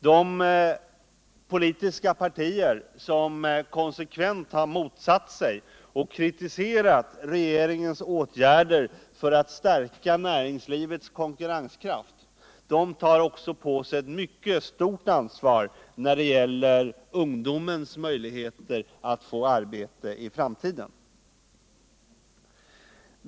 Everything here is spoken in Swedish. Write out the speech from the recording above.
De politiska partier som konsekvent motsatt sig och kritiserat regeringens åtgärder för att stärka näringslivets konkurrenskraft tar också på sig ett mycket stort ansvar när det gäller ungdomens möjligheter att få arbete i framtiden.